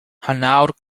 hanaud